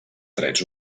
drets